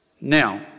now